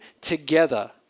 together